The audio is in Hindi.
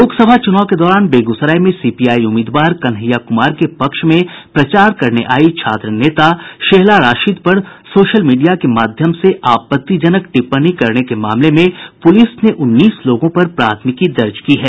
लोकसभा चुनाव के दौरान बेगूसराय में सीपीआई उम्मीदवार कन्हैया कुमार के पक्ष में प्रचार करने आयी छात्र नेता शेहला राशिद पर सोशल मीडिया के माध्यम से आपत्तिजनक टिप्पणी करने के मामले में पुलिस ने उन्नीस लोगों पर प्राथमिकी दर्ज की है